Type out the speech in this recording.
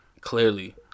clearly